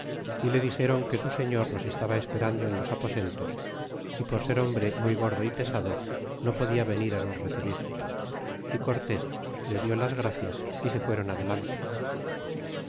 y le dixéron que su señor nos estaba esperando en los aposentos y por ser hombre muy gordo y pesado no podia venir nos recibir y cortés les dit las gracias y se fuéron adelante